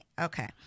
Okay